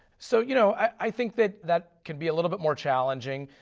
so you know i think that that can be a little bit more challenging.